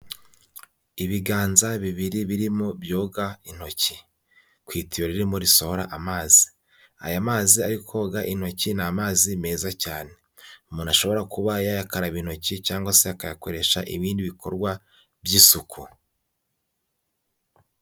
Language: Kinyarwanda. Ibiganza bibiri birimo byoga intoki ku itiyo ririmo risohora amazi, aya mazi ari koga intoki ni amazi meza cyane, umuntu ashobora kuba yayakaraba intoki cyangwa se akayakoresha ibindi bikorwa by'isuku.